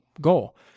goal